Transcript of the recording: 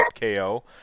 KO